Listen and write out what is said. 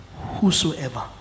Whosoever